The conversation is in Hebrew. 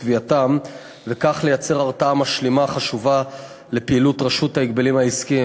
תביעתם וכך לייצר הרתעה משלימה חשובה לפעילות רשות ההגבלים העסקיים.